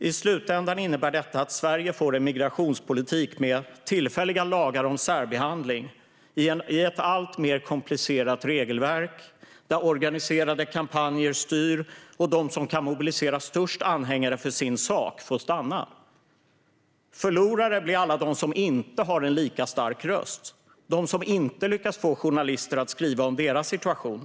I slutändan innebär detta att Sverige får en migrationspolitik med tillfälliga lagar om särbehandling i ett alltmer komplicerat regelverk där organiserade kampanjer styr och de som kan mobilisera störst anhängare för sin sak får stanna. Förlorare blir alla dem som inte har en lika stark röst och de som inte lyckats få journalister att skriva om deras situation.